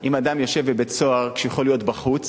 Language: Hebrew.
אם אדם יושב בבית-סוהר כשהוא יכול להיות בחוץ